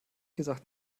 gesagt